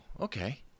okay